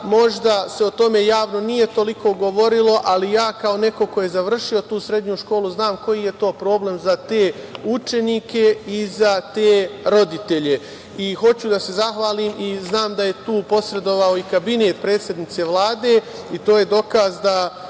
Možda se o tome javno nije toliko govorilo, ali ja kao neko ko je završio tu srednju školu, znam koji je to problem za te učenike i za te roditelje. Hoću da se zahvalim i znam da je tu posredovao i kabinet predsednice Vlade. To je dokaz da